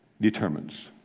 determines